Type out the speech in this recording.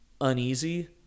uneasy